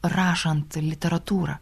rašant literatūrą